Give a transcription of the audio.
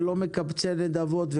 ולא מקבצי נדבות,